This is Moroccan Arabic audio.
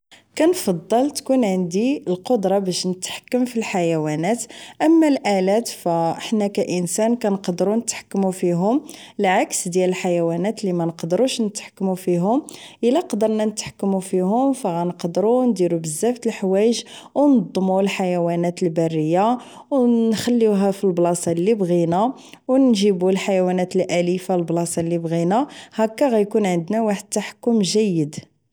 كنفضل تكون عندي القدرة نتحكم فالحيوانات اما الالات فحنا كإنسان كنقدرو نتحكمو فيهم العكس ديال الحيوانات مانقدروش نتحكمو فيهم لا قدرنا نتحكمو فيهم غنقدرو نديرو بزاف الحوايج و نضمو الحيوانات البرية و نخليوها فالبلاصة اللي بغينا و نجيبو الحيوانات الاليفة للبلاصة اللي بغينا هكا غيكون عندنا واحد التحكم جيد